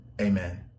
Amen